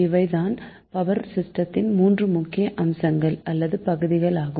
இவைதான் பவர் சிஸ்டத்தின் மூன்று முக்கிய அங்கங்கள் அல்லது பகுதிகள் ஆகும்